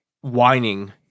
whining